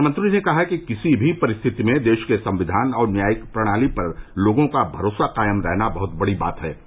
प्रधानमंत्री ने कहा कि किसी भी परिस्थिति में देश के संविधान और न्यायिक प्रणाली पर लोगों का भरोसा कायम रहना बहुत बड़ी बात है